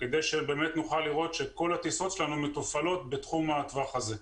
כדי שבאמת נוכל לראות שכל הטיסות שלנו מתופעלות בתחום הטווח הזה.